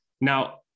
Now